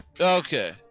Okay